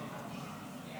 חבריי